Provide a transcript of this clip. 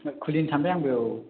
खुलिनो सानबाय आंबो औ